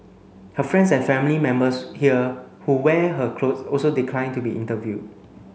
her friends and family members here who wear her clothes also declined to be interviewed